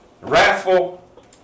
wrathful